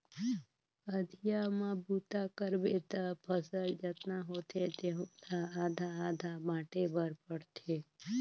अधिया म बूता करबे त फसल जतना होथे तेहू ला आधा आधा बांटे बर पड़थे